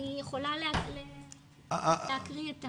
אני יכולה להקריא את המתווה.